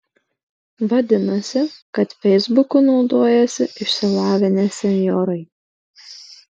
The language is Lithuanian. vadinasi kad feisbuku naudojasi išsilavinę senjorai